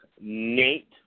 Nate